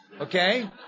Okay